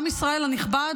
עם ישראל הנכבד,